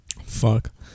Fuck